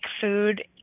food